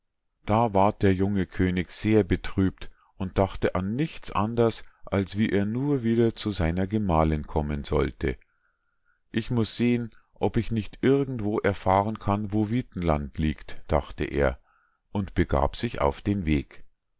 da ward der junge könig sehr betrübt und dachte an nichts anders als wie er nur wieder zu seiner gemahlinn kommen sollte ich muß sehen ob ich nicht irgendwo erfahren kann wo witenland liegt dachte er und begab sich auf den weg